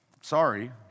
sorry